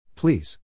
Please